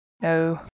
No